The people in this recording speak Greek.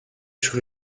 σου